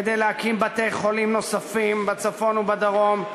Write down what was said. כדי להקים בתי-חולים נוספים בצפון ובדרום,